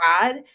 God